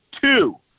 two